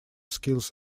skills